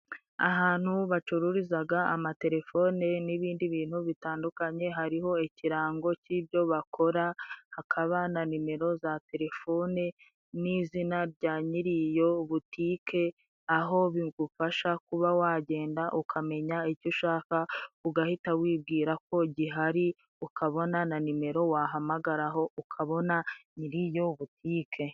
Ahantu bacururizaga amatelefone n'ibindi bintu bitandukanye, hariho ikirango cy'ibyo bakora hakaba na nimero za telefone n'izina rya nyiri iyo butike, aho bigufasha kuba wagenda ukamenya icyo ushaka ugahita wibwira ko gihari, ukabona na nimero wahamagaraho ukabona nyiri iyo butike.